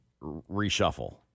reshuffle